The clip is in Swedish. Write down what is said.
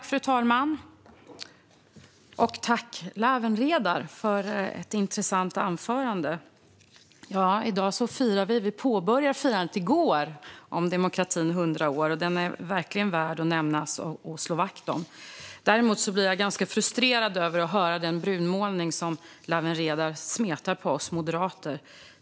Fru talman! Tack, Lawen Redar, för ett intressant anförande! I går påbörjade vi firandet av demokratin 100 år. Den är verkligen värd att nämna och slå vakt om. Däremot blir jag ganska frustrerad av den brunmålning som Lawen Redar smetar på oss moderater.